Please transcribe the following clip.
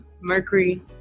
Mercury